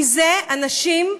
מזה אנשים,